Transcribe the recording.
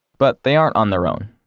but they aren't on their own.